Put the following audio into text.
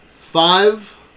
Five